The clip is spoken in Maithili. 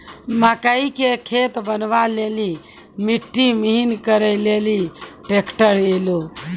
मकई के खेत बनवा ले ली मिट्टी महीन करे ले ली ट्रैक्टर ऐलो?